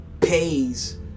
Pays